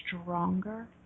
stronger